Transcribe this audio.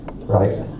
right